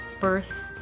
birth